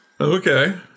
Okay